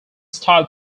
style